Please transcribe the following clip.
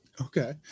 okay